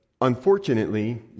unfortunately